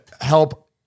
help